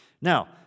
Now